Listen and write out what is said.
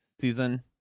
season